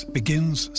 begins